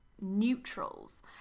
neutrals